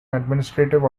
administrative